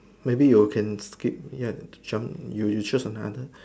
maybe you can skip ya tram you choose another